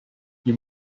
you